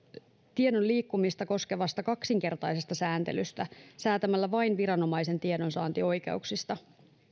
tiedon liikkumista koskevasta kaksinkertaisesta sääntelystä säätämällä vain viranomaisen tiedonsaantioikeuksista